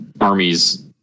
armies